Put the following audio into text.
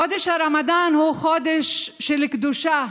חודש הרמדאן הוא חודש של קדושה,